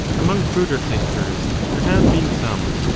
among cruder thinkers there have been some,